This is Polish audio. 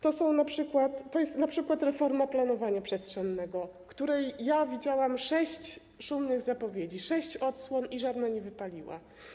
Te problemy to jest np. reforma planowania przestrzennego, której ja widziałam sześć szumnych zapowiedzi, sześć odsłon i żadna nie wypaliła.